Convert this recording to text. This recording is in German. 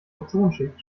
ozonschicht